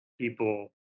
people